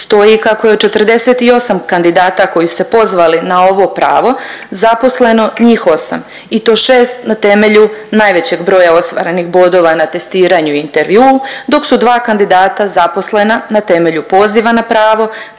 Stoji kako je od 48 kandidata koji su se pozvali na ovo pravo zaposleno njih 8 i to 6 na temelju najvećeg broja ostvarenih bodova na testiranju i intervjuu dok su 2 kandidata zaposlena na temelju poziva na pravo